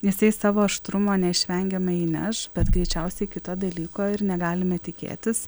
jisai savo aštrumo neišvengiamai įneš bet greičiausiai kito dalyko ir negalime tikėtis